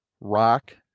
rock